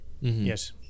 yes